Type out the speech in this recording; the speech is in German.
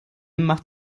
machte